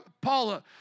Paula